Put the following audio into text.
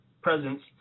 presence